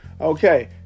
Okay